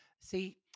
See